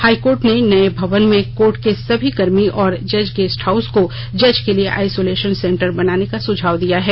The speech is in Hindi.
हाईकोर्ट ने नए भवन में कोर्ट के सभी कर्मी और जज गेस्ट हाउस को जज के लिए आइसोलेशन सेंटर बनाने का सुझाव दिया है